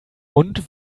und